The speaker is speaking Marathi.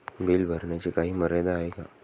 बिल भरण्याची काही मर्यादा आहे का?